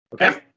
Okay